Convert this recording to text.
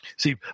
See